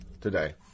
today